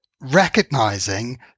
recognizing